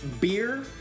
Beer